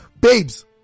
Babes